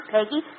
Peggy